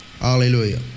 Hallelujah